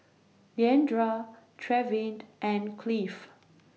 Leandra Trevin and Clive